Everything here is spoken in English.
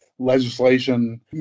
legislation